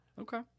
Okay